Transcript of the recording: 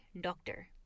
doctor